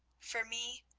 for me,